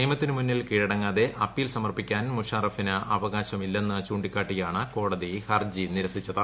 നിയമത്തിനു മുന്നിൽ കീഴ്ട്ങ്ങാതെ അപ്പീൽ സമർപ്പിക്കാൻ മുഷാറഫിന് അവകാശ്രമില്ലെന്ന് ചൂണ്ടികാട്ടിയാണ് കോടതി ഹർജി നിരസിച്ചത്